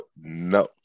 No